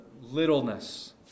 littleness